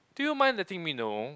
do you mind letting me know